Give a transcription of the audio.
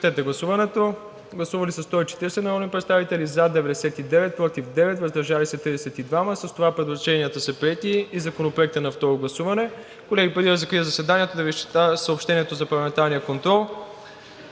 тези текстове анблок. Гласували 140 народни представители: за 99, против 9, въздържали се 32. С това предложенията са приети и Законопроектът на второ гласуване. Колеги, преди да закрия заседанието, ще Ви изчета съобщението за парламентарен контрол,